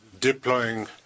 deploying